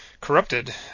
corrupted